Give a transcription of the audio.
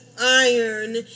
iron